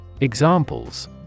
Examples